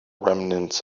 remnants